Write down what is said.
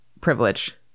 privilege